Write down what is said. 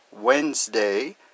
Wednesday